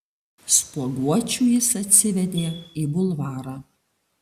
spuoguočių jis atsivedė į bulvarą